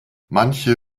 manche